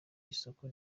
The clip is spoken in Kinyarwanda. isoko